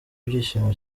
ibyishimo